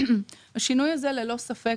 השינוי הזה ללא ספק